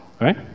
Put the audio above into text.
right